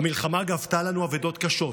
המלחמה גבתה מאיתנו אבדות קשות,